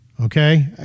okay